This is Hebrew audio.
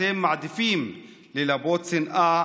אתם מעדיפים ללבות שנאה